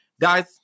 guys